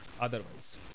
otherwise